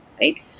right